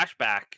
flashback